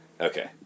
Okay